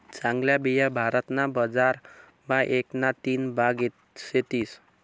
चांगल्या बिया भारत ना बजार मा एक ना तीन भाग सेतीस